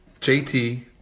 JT